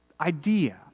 idea